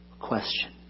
question